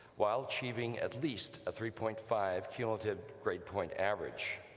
while achieving at least a three point five cumulative grade point average.